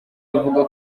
avuga